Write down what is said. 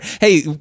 Hey